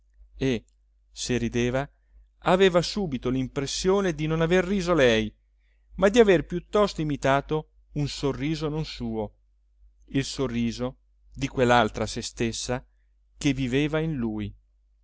e se rideva aveva subito l'impressione di non aver riso lei ma di aver piuttosto imitato un sorriso non suo il sorriso di quell'altra sé stessa che viveva in lui